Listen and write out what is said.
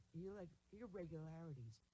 irregularities